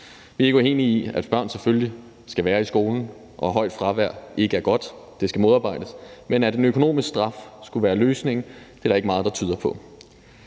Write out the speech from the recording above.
Vi er ikke uenige i, at børn selvfølgelig skal være i skolen, og at et højt fravær ikke er godt, og det skal modarbejdes, men at en økonomisk straf skulle være løsningen, er der ikke meget der tyder på.